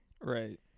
Right